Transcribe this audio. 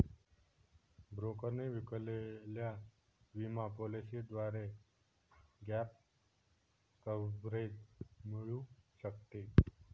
ब्रोकरने विकलेल्या विमा पॉलिसीद्वारे गॅप कव्हरेज मिळू शकते